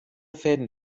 fäden